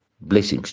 Blessings